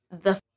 the-